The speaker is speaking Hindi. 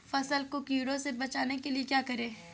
फसल को कीड़ों से बचाने के लिए क्या करें?